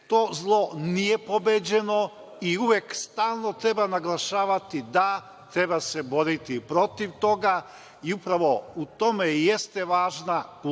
To zlo nije pobeđeno i uvek, stalno treba naglašavati da se treba boriti protiv toga. Upravo u tome i jeste važna kultura